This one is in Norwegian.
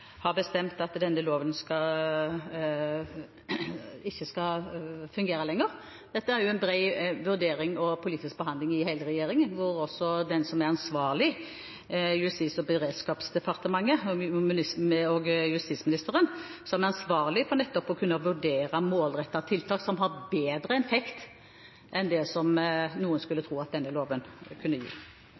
har bestemt at denne loven ikke skal fungere lenger. Dette er etter en bred vurdering og politisk behandling i hele regjeringen, og det er Justis- og beredskapsdepartementet, med justisministeren, som er ansvarlig for nettopp å kunne vurdere målrettede tiltak, som har bedre effekt enn det som noen skulle tro at denne loven kunne